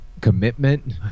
commitment